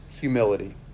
humility